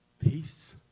peace